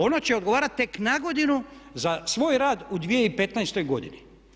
Ono će odgovarat tek na godinu za svoj rad u 2015. godini.